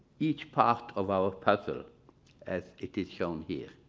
each part of our puzzle as it is shown here.